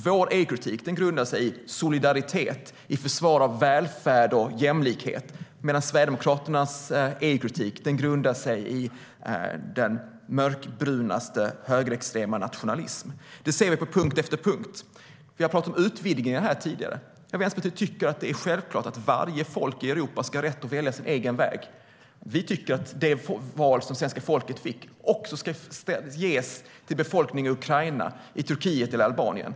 Vår EU-kritik grundar sig i solidaritet, i försvar av välfärd och jämlikhet, medan Sverigedemokraternas EU-kritik grundar sig i den mest mörkbruna högerextrema nationalism. Det ser vi på punkt efter punkt. Vi har tidigare talat om utvidgningen. Vänsterpartiet tycker att det är självklart att varje folk i Europa ska ha rätt att välja sin egen väg. Vi tycker att det val som svenska folket fick även ska ges till befolkningarna i Ukraina, Turkiet och Albanien.